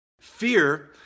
fear